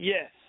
Yes